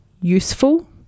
useful